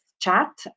chat